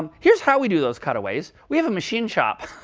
um here's how we do those cutaways. we have a machine shop.